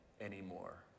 anymore